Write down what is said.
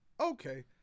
Okay